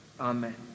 Amen